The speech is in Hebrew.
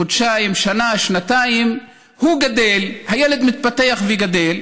חודשיים, שנה, שנתיים, והוא גדל, הילד מתפתח וגדל.